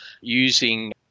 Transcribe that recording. using